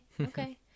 Okay